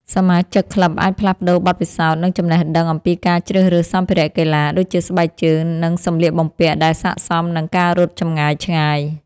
សមាជិកក្លឹបអាចផ្លាស់ប្តូរបទពិសោធន៍ និងចំណេះដឹងអំពីការជ្រើសរើសសម្ភារៈកីឡា ដូចជាស្បែកជើង និងសម្លៀកបំពាក់ដែលស័ក្តិសមនឹងការរត់ចម្ងាយឆ្ងាយ។